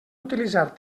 utilitzar